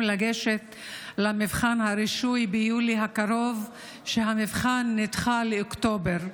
לגשת למבחן הרישוי ביולי הקרוב שהמבחן נדחה לאוקטובר.